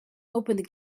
opened